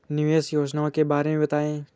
निवेश योजनाओं के बारे में बताएँ?